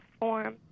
form